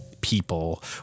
people